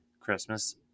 christmas